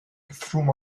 through